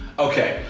okay,